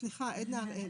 עדנה הראל,